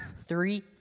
three